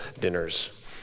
dinners